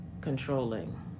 controlling